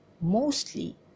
mostly